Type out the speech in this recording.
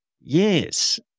Yes